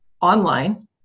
online